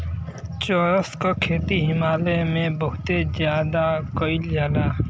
चरस क खेती हिमाचल में बहुते जादा कइल जाला